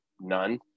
none